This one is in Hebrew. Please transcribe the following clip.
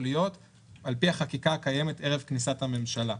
להיות על פי החקיקה הקיימת ערב כניסת הממשלה.